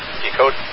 decode